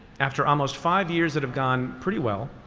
after almost five years that have gone pretty well,